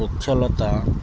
ଗଛଲତା